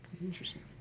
Interesting